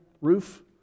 roof